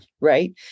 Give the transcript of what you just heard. Right